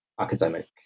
academic